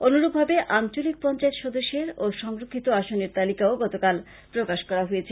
অনুরূপভাবে আঞ্চলিক পঞ্চায়েত সদস্যের ও সংরক্ষিত আসনের তালিকা ও গতকাল প্রকাশ করা হয়েছে